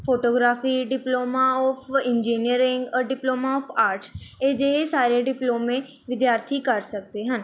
photography diploma of engineering ਔਰ diploma of arts ਅਜਿਹੇ ਸਾਰੇ ਡਿਪਲੋਮੇ ਵਿਦਿਆਰਥੀ ਕਰ ਸਕਦੇ ਹਨ